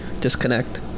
Disconnect